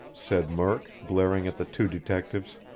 said murk, glaring at the two detectives.